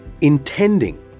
intending